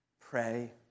pray